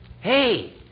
Hey